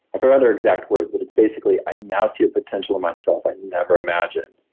i forgot her exact words, but it's basically, i now see a potential in myself i never imagined.